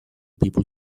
people